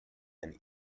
and